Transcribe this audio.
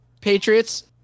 Patriots